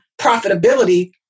profitability